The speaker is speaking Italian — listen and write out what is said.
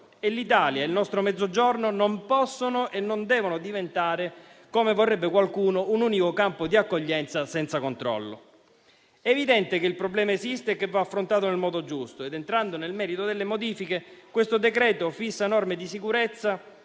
L'Italia e il nostro Mezzogiorno non possono e non devono diventare - come vorrebbe qualcuno - un unico campo di accoglienza senza controllo. È evidente che il problema esiste e va affrontato nel modo giusto. Entrando nel merito delle modifiche, questo decreto fissa norme di sicurezza